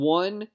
one